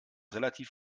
relativ